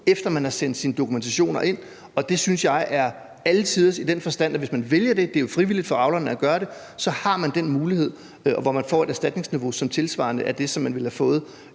efter man har sendt sin dokumentation ind. Det synes jeg er alletiders i den forstand, at hvis man vælger det – det er jo frivilligt for avlerne at gøre det – har man den mulighed, og man får et erstatningsniveau, som er tilsvarende det, man ville have fået